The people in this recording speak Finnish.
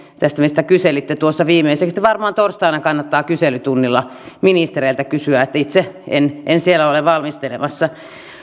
tämä mistä kyselitte tuossa viimeiseksi varmaan torstaina kannattaa kyselytunnilla ministereiltä kysyä itse en en siellä ole valmistelemassa